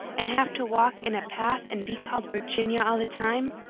and have to walk in a path and be called virginia all the time.